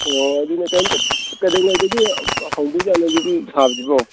ꯑꯣ ꯑꯗꯨꯅꯦ ꯀꯩꯝꯇ ꯀꯩꯗꯧꯉꯩꯗꯒꯤ ꯍꯧꯗꯣꯏꯖꯥꯠꯅꯣ ꯌꯨꯝ ꯁꯥꯕꯁꯤꯕꯣ